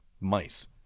mice